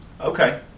Okay